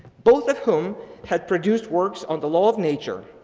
both of whom had produced works on the law of nature.